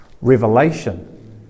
revelation